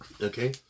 Okay